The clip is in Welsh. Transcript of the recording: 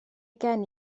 gen